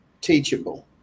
teachable